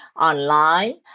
online